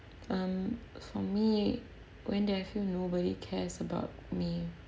um for me when did I feel nobody cares about me